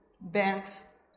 banks